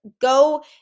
go